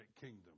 kingdom